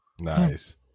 Nice